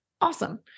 Awesome